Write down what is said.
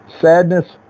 Sadness